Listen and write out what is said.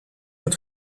het